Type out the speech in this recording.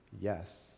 yes